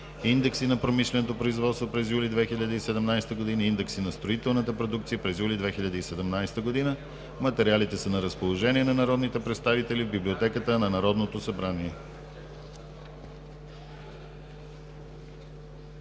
индекси на промишленото производство през юли 2017 г., и индекси на строителната продукция през юли 2017 г. Материалите са на разположение на народните представители в Библиотеката на Народното събрание.